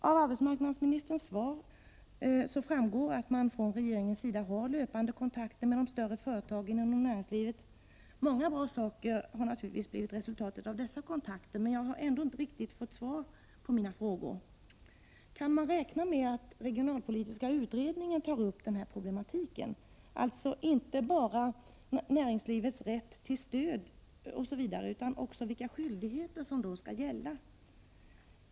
Av arbetsmarknadsministerns svar framgår att man från regeringens sida har löpande kontakter med de större företagen inom näringslivet. Många bra saker har naturligtvis blivit resultatet av dessa kontakter, men jag har ändå inte riktigt fått svar på mina frågor. Kan man räkna med att regionalpolitiska utredningen tar upp den här problematiken, dvs. inte bara näringslivets rätt till stöd osv. utan också vilka skyldigheter som då skall gälla?